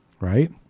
Right